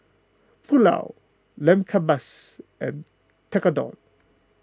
Pulao Lamb Kebabs and Tekkadon